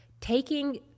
taking